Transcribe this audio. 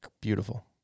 beautiful